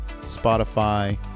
Spotify